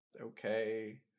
okay